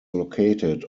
located